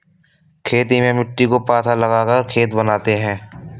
खेती में मिट्टी को पाथा लगाकर खेत को बनाते हैं?